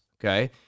okay